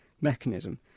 mechanism